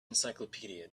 encyclopedia